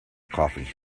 coffee